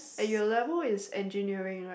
at your level is engineering right